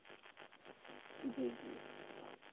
जी जी